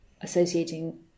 associating